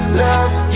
love